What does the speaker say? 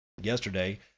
Yesterday